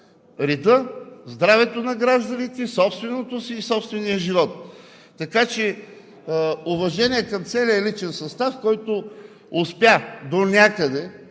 реда, здравето на гражданите, собственото си и собствения живот. Така че уважение към целия личен състав, който успя донякъде,